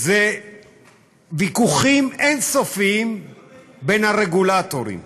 זה ויכוחים אין-סופיים בין הרגולטורים.